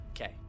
Okay